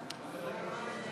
אין מתנגדים,